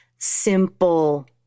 simple